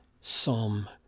Psalm